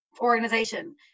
organization